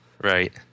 Right